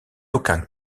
aucun